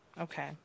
Okay